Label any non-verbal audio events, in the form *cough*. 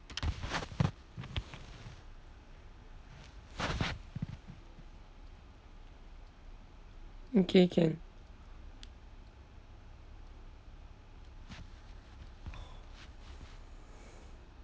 okay can *noise*